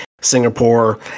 Singapore